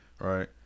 right